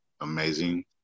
amazing